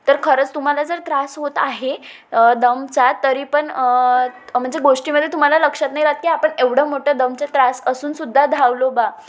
तर खरंच तुम्हाला जर त्रास होत आहे दमचा तरी पण म्हणजे गोष्टीमध्ये तुम्हाला लक्षात नाही राहत की आपण एवढं मोठं दमचे त्रास असूनसुद्धा धावलो बा